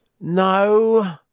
No